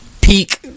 peak